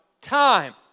time